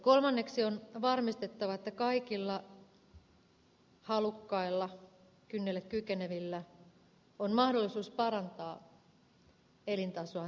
kolmanneksi on varmistettava että kaikilla halukkailla kynnelle kykenevillä on mahdollisuus parantaa elintasoaan tekemällä työtä